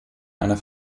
einer